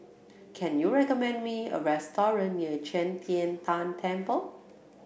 can you recommend me a restaurant near Qi Tian Tan Temple